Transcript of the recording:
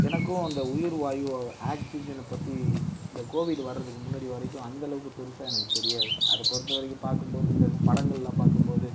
எனக்கும் அந்த உயிர்வாயு ஆக்சிஜனை பற்றி இந்த கோவிட் வரதுக்கு முன்னாடி வரைக்கும் அந்த அளவுக்கு பெருசாக எனக்கு தெரியாது அதை பொறுத்த வரைக்கும் பார்க்கும் போது இந்த படங்களெல்லாம் பார்க்கும் போது